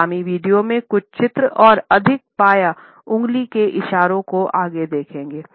आगामी वीडियो में कुछ चित्र और अधिक पाया उंगली के इशारों को आगे देखेंगे